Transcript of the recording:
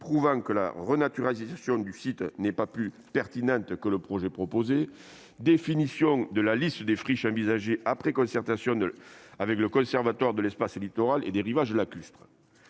prouvant que la renaturalisation du site n'est pas plus pertinente que le projet proposé ; définition de la liste des friches envisagée après concertation avec le Conservatoire de l'espace littoral et des rivages lacustres.